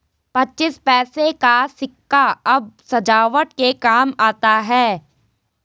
पच्चीस पैसे का सिक्का अब सजावट के काम आता है